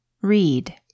Read